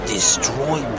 Destroy